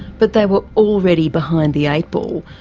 but they were already behind the eight ball.